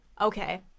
okay